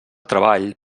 treball